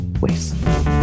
ways